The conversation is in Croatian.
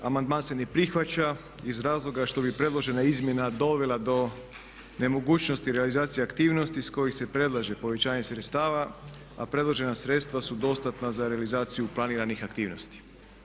Amandman se ne prihvaća iz razloga što bi predložena izmjena dovela do nemogućnosti realizacija aktivnosti iz kojih se predlaže povećanje sredstava, a predložena sredstva su dostatna za realizaciju planiranih aktivnosti.